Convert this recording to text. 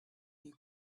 you